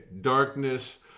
darkness